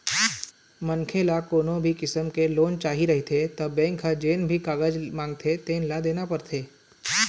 मनखे ल कोनो भी किसम के लोन चाही रहिथे त बेंक ह जेन भी कागज मांगथे तेन ल देना परथे